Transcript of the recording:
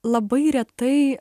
labai retai